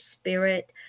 spirit